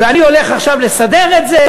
ואני הולך עכשיו לסדר את זה.